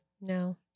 No